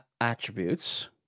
attributes